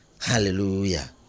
Hallelujah